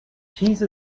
cheese